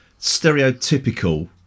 stereotypical